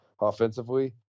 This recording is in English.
offensively